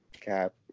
Cap